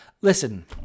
listen